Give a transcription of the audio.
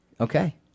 Okay